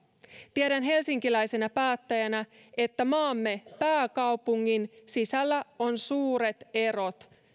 tiedän helsinkiläisenä päättäjänä että maamme pääkaupungin sisällä on suuret erot